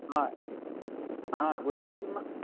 હા હા ગુજરાતીમાંથી